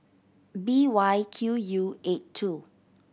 B Y Q U eight two